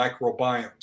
microbiomes